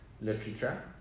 literature